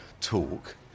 talk